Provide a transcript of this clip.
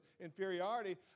inferiority